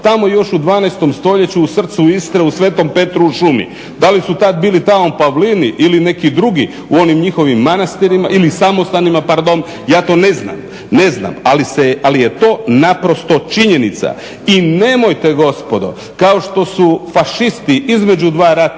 tamo još u 12. stoljeću u srcu Istre u sv. Petru u šumi. Da li su tad bili tamo pavlini ili neki drugi u onim njihovim manastirima ili samostanima ja to ne znam. Ali je to naprosto činjenica. I nemojte gospodo kao što su fašisti između dva rata